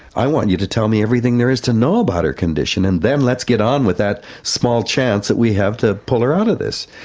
i want you to tell me everything there is to know about her condition and then let's get on with that small chance that we have to pull her out of this.